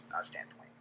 standpoint